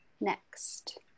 next